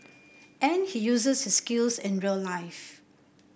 and he uses his skills in real life